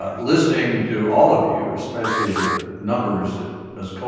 ah listening to all of you, especially the numbers that ms.